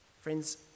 Friends